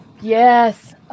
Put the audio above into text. Yes